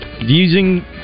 using